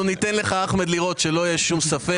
ניתן לך לראות שלא יהיה שום ספק.